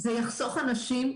זה יחסוך אנשים,